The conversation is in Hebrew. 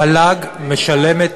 המל"ג משלמת,